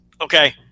Okay